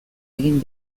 egin